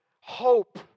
hope